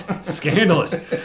Scandalous